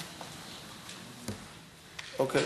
אוקיי,